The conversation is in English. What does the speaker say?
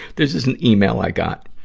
this is an email i got.